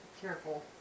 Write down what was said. careful